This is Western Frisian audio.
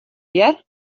hear